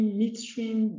midstream